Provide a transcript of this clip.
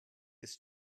ist